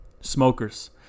smokers